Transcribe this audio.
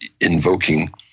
invoking